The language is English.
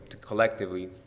collectively